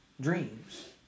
dreams